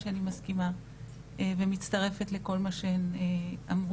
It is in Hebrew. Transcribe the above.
שאני מסכימה ומצטרפת לכל מה שהן אמרו,